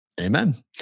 Amen